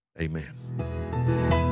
amen